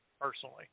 personally